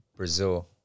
Brazil